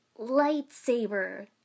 Lightsaber